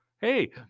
Hey